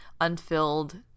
unfilled